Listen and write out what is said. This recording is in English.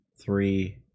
three